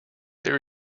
there